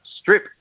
Strip